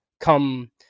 come